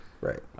Right